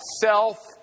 self